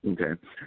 Okay